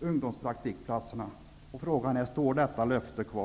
ungdomspraktikplatserna. Står detta löfte kvar?